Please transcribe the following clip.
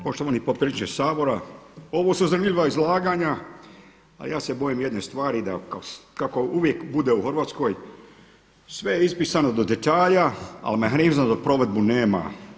Poštovani potpredsjedniče Sabora, ovo su zanimljiva izlaganja, a ja se bojim jedne stvari da kako uvijek bude u Hrvatskoj sve je ispisano do detalja, ali mehanizma za provedbu nema.